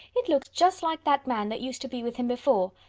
it looks just like that man that used to be with him before.